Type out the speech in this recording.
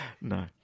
No